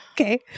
Okay